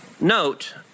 note